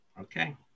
Okay